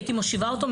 מושיבה אותו,